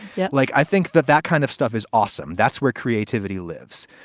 yeah. like, i think that that kind of stuff is awesome. that's where creativity lives.